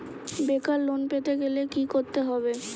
বেকার লোন পেতে গেলে কি করতে হবে?